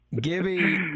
Gibby